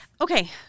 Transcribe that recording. Okay